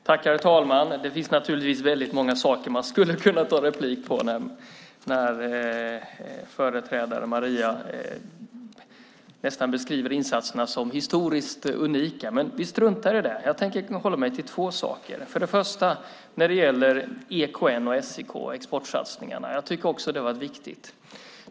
Herr talman! Det finns naturligtvis många saker man skulle kunna ta replik på när Marie beskriver insatserna som nästan historiskt unika, men vi struntar i det. Jag tänker hålla mig till två saker. För det första tycker jag också att exportsatsningarna EKN och SEK har varit viktiga.